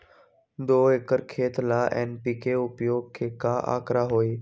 दो एकर खेत ला एन.पी.के उपयोग के का आंकड़ा होई?